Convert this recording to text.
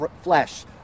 flesh